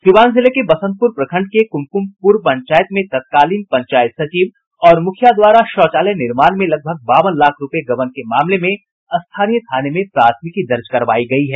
सिवान जिले के बसंतपुर प्रखंड के कुमकुमपुर पंचायत में तत्कालीन पंचायत सचिव और मुखिया द्वारा शौचालय निर्माण में लगभग बावन लाख रूपये गबन के मामले में स्थानीय थाने में प्राथमिकी दर्ज करवायी गयी है